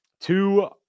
Two